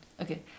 okay